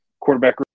quarterback